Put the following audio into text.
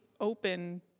open